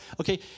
Okay